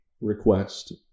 request